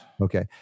Okay